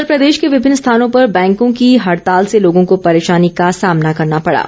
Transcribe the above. इधर प्रदेश के विभिन्न स्थानों पर बैंकों की हड़ताल से लोगों को परेशानी का सामना करना पड़ा